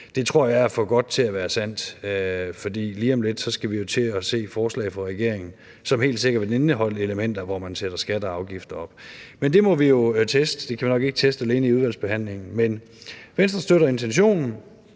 Det tror jeg er for godt til at være sandt, for lige om lidt skal vi jo til at se forslag fra regeringen, som helt sikkert vil indeholde elementer, hvor man sætter skatter og afgifter op, men det må vi jo teste. Det kan vi nok ikke teste alene i udvalgsbehandlingen. Men Venstre støtter intentionen,